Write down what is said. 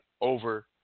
over